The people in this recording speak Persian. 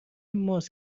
ماست